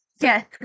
Yes